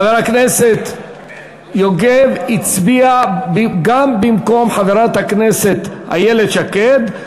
חבר הכנסת יוגב הצביע גם במקום חברת הכנסת איילת שקד.